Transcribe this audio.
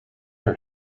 her